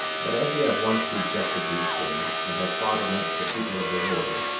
but as ye have once rejected these things, and have fought against the people of the lord,